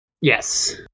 Yes